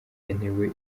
igenewe